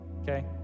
okay